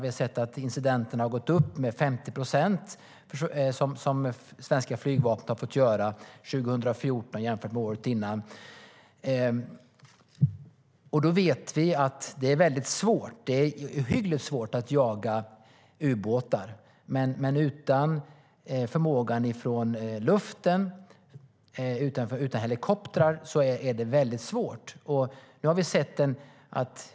Vi har sett att antalet incidenter 2014 jämfört med året innan har ökat med 50 procent där svenska flygvapnet har fått göra insatser. Vi vet att det är ohyggligt svårt att jaga ubåtar, men utan helikoptrar är det ännu svårare.